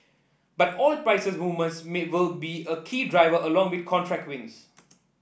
but oil prices movements will be a key driver along with contract wins